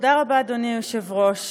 תודה רבה, אדוני היושב-ראש.